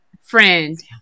friend